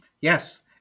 Yes